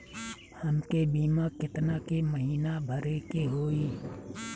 हमके बीमा केतना के महीना भरे के होई?